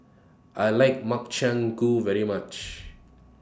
I like Makchang Gui very much